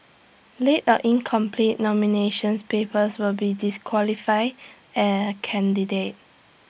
late or incomplete nominations papers will be disqualify A candidate